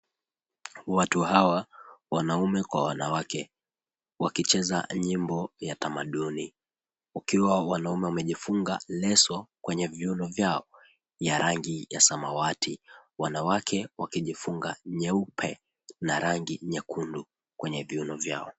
Watu hawa wanaume kwa wanawake, wakicheza nyimbo ya tamaduni, ukiwa wanaume wamejifunga leso kwenye viuno vyao vya rangi ya samawati. Wanawake wakijifunga nyeupe na rangi nyekundu kwenye viuno vyao.